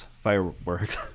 fireworks